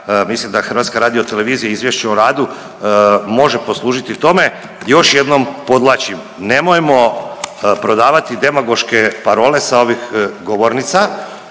Mislim da HRT izvješće o radu može poslužiti tome. Još jednom podvlačim, nemojmo prodavati demagoške parole sa ovih govornica